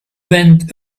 went